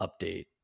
update